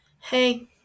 Hey